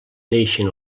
neixen